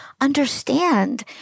understand